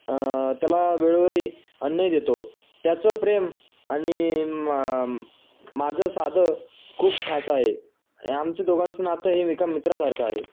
त्याला वेळेवरी अन्न देतो त्याचं प्रेम आणि माझं नातं खूप खास आहे आमच्या दोघांचं नातं हे एका मित्रासारखं आहे